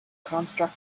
construct